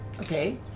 Okay